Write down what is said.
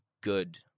good